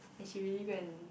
and she really go and